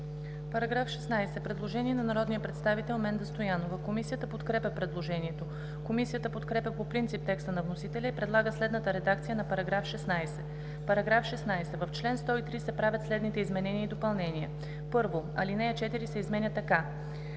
По § 16 има предложение от народния представител Менда Стоянова. Комисията подкрепя предложението. Комисията подкрепя по принцип текста на вносителя и предлага следната редакция на § 16: „§ 16. В чл. 103 се правят следните изменения и допълнения: 1. Алинея 4 се изменя така: